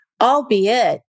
albeit